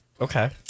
Okay